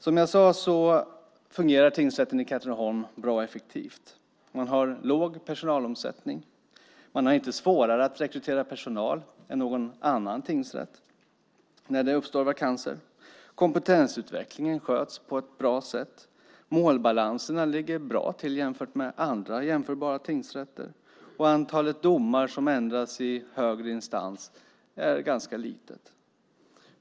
Som jag sade fungerar tingsrätten i Katrineholm bra och effektivt. Man har låg personalomsättning. Man har inte svårare att rekrytera personal än någon annan tingsrätt när det uppstår vakanser. Kompetensutvecklingen sköts på ett bra sätt. Målbalanserna ligger bra till jämfört med andra jämförbara tingsrätter, och antalet domar som ändrats i högre instans är ganska litet.